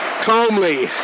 calmly